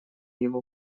его